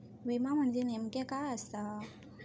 विमा म्हणजे नेमक्या काय आसा?